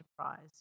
enterprise